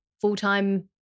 full-time